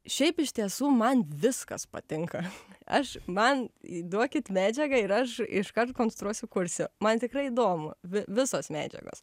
šiaip iš tiesų man viskas patinka aš man duokit medžiagą ir aš iškart konstruosiu kursiu man tikrai įdomu vi visos medžiagos